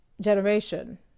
generation